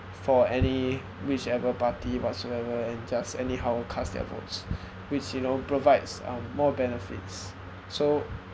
for any whichever party whatsoever and just anyhow cast their votes which you know provides um more benefits so